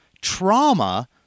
trauma